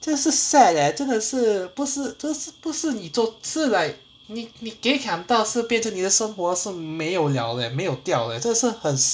真的是 sad leh 真的是不是这是不是你做是 like 你你 kay kiang 到是变成你的生活是没有 liao leh 没有掉 leh 这是很 sad lor